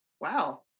wow